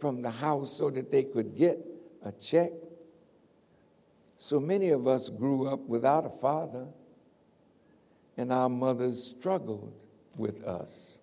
from the house so that they could get a check so many of us grew up without a father and our mothers struggled with us